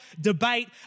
debate